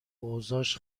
اوضاش